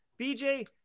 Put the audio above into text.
BJ